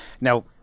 Now